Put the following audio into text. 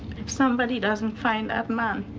if somebody doesn't find that man.